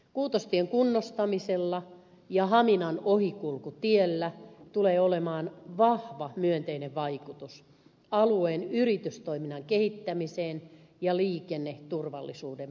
kuutostien kunnostamisella ja haminan ohikulkutiellä tulee olemaan vahva myönteinen vaikutus alueen yritystoiminnan kehittämiseen ja liikenneturvallisuuden parantamiseen